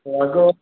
ରାଗ